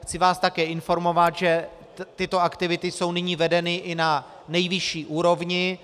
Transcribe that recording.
Chci vás také informovat, že tyto aktivity jsou nyní vedeny na nejvyšší úrovni.